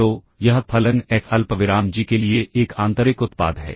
तो यह फलन एफ अल्पविराम जी के लिए एक आंतरिक उत्पाद है